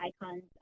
icons